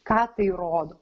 ką tai rodo